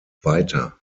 weiter